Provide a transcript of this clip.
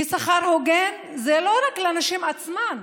כי שכר הוגן זה לא רק לנשים עצמן.